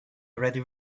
already